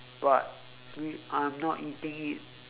but we I'm not eating it